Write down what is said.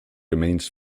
remains